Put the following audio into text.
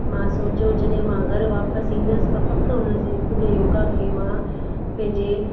मां सोच्यो जॾहिं मां घरु वापसि इन्दसि त पकि हुन जे योगा खे मां पंहिंजे